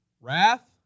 wrath